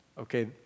Okay